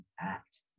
act